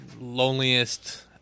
loneliest